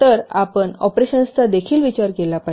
तर आपण ऑपरेशन्सचा देखील विचार केला पाहिजे